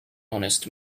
honest